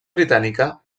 britànica